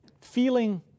feeling